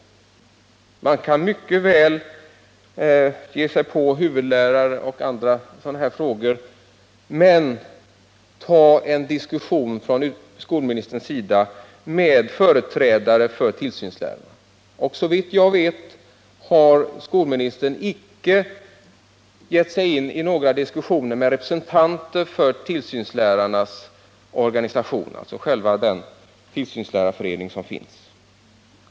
Skolministern kan mycket väl ge sig på huvudlärarfrågan men ändå ta en diskussion med företrädare för tillsynslärarna. Och såvitt jag vet har skolministern icke gått in på några diskussioner med representanter för tillsynslärarnas organisation — alltså den tillsynslärarförening som finns.